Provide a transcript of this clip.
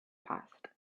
passed